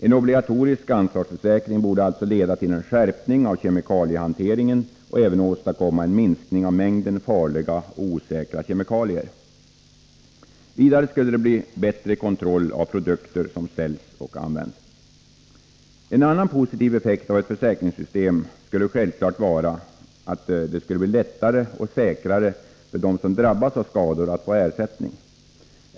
En obligatorisk ansvarsförsäkring borde alltså leda till en skärpning när det gäller kemikaliehanteringen och även åstadkomma en minskning av mängden farliga och osäkra kemikalier. Vidare skulle det bli bättre kontroll av produkter som säljs och används. En annan positiv effekt av ett försäkringssystem skulle självklart vara att det skulle bli lättare och säkrare för dem som drabbas av skador att få ersättning.